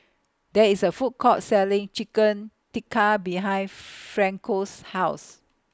There IS A Food Court Selling Chicken Tikka behind Franco's House